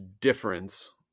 difference